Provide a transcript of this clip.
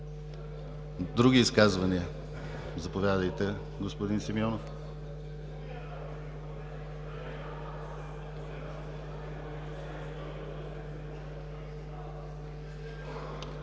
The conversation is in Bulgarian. Други изказвания? Заповядайте, господин Симеонов.